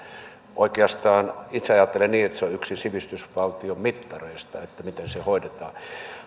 oikeastaan itse ajattelen niin että se on yksi sivistysvaltion mittareista miten se hoidetaan